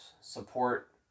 support